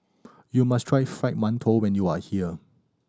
you must try Fried Mantou when you are here